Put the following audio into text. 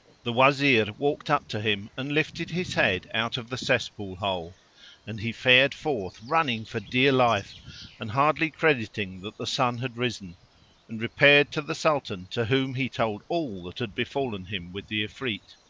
the wazir walked up to him and lifted his head out of the cesspool hole and he fared forth running for dear life and hardly crediting that the sun had risen and repaired to the sultan to whom he told all that had befallen him with the ifrit.